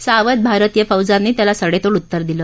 सावध भारतीय फौजांनी त्याला सडत्तींड उत्तर दिलं